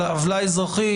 אזרחית,